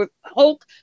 Hulk